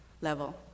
level